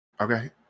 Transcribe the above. Okay